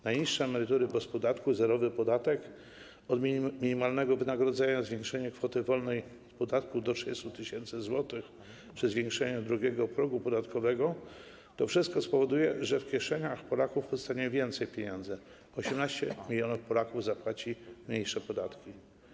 Najniższe emerytury bez podatku, zerowy podatek od minimalnego wynagrodzenia, zwiększenie kwoty wolnej od podatku do 30 tys. zł przy zwiększeniu drugiego progu podatkowego - to wszystko spowoduje, że w kieszeniach Polaków zostanie więcej pieniędzy, 18 mln Polaków zapłaci mniejsze podatki.